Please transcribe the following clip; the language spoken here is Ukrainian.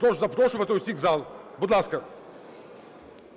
Прошу запрошувати всіх в зал, будь ласка.